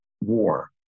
war